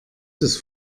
des